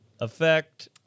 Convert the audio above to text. effect